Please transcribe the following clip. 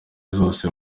zose